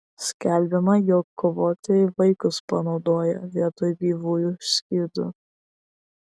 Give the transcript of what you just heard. skelbiama jog kovotojai vaikus panaudoja vietoj gyvųjų skydų